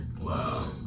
Wow